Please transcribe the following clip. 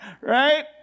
right